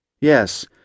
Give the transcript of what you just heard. Yes